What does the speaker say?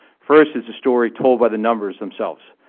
first is the story told by the numbers themselves,